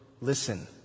Listen